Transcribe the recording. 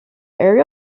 area